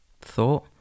thought